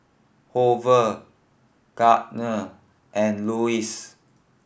Hoover Gardner and Louis